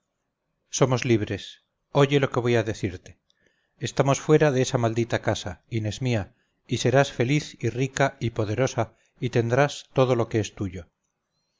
somos libres oye lo que voy a decirte estamos fuera de esa maldita casa inés mía y serás feliz y rica y poderosa y tendrás todo lo que es tuyo